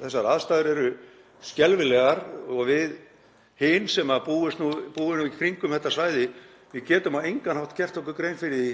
Þessar aðstæður eru skelfilegar og við hin sem búum nú í kringum þetta svæði getum á engan hátt gert okkur grein fyrir því